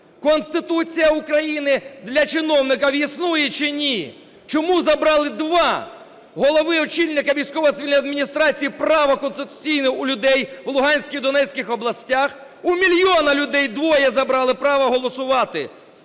Конституція України для чиновника існує чи ні? Чому забрали дві голови, очільники військово-цивільної адміністрації, право конституційне у людей у Луганській і Донецькій областях, у мільйона людей двоє забрали право голосувати?